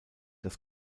das